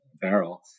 barrel